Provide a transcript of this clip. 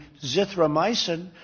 Zithromycin